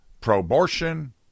pro-abortion